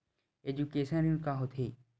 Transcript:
Education ऋण का होथे?